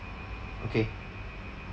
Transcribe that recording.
okay